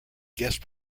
guest